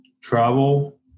travel